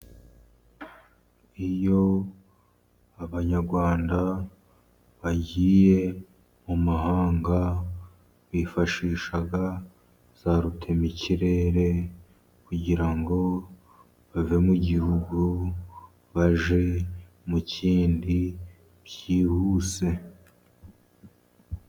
Iyo abanyarwanda bagiye mu mahanga bifashisha, za rutemikirere kugira ngo bave mu gihugu bajye mu kindi byihuse.